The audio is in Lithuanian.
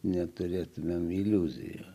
neturėtumėm iliuzijų